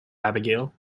abigail